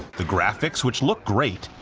the graphics, which look great,